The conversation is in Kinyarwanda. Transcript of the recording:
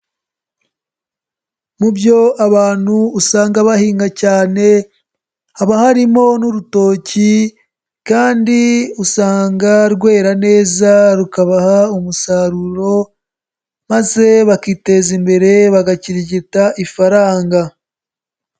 Mu byo abantu usanga bahinga cyane haba harimo n'urutoki kandi usanga rwera neza rukabaha umusaruro maze bakiteza imbere bagakirigita ifaranga.